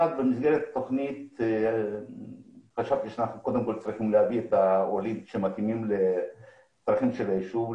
חשבתי שאנחנו קודם כל צריכים להביא את העולים שמתאימים לצרכים של הישוב,